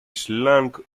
slang